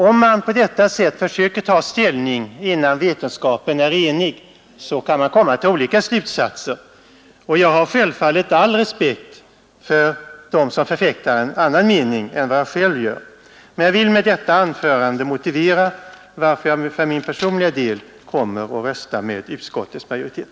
Om man på detta sätt försöker ta ställning innan vetenskapen är enig kan man naturligtvis komma till olika slutsatser. Jag har självfallet all respekt för dem som förfäktar en annan mening än den jag själv har, men jag vill med detta anförande motivera varför jag för min personliga del kommer att rösta med utskottets majoritet.